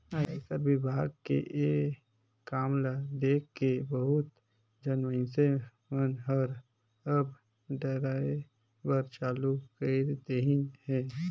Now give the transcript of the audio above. आयकर विभाग के ये काम ल देखके बहुत झन मइनसे मन हर अब डराय बर चालू कइर देहिन हे